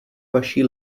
vaší